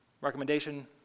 recommendation